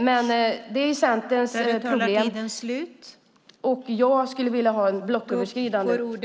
Det är Centerns problem, och jag skulle vilja ha en blocköverskridande överenskommelse.